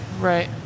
right